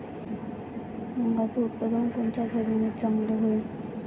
मुंगाचं उत्पादन कोनच्या जमीनीत चांगलं होईन?